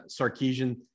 Sarkeesian